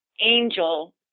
angel